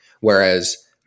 Whereas